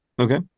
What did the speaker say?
Okay